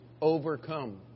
overcome